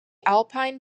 alpine